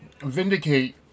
vindicate